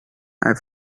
have